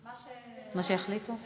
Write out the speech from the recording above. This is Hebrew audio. מה שיחליטו?